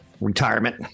retirement